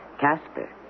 Casper